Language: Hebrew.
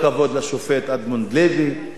כל הכבוד לוועדה המשפטית.